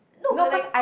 no but like